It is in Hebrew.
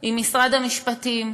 עם משרד המשפטים,